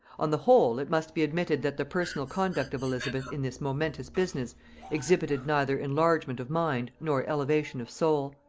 on the whole, it must be admitted that the personal conduct of elizabeth in this momentous business exhibited neither enlargement of mind nor elevation of soul.